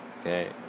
okay